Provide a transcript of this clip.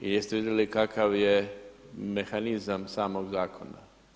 I jeste li vidjeli kakav je mehanizam samog zakona?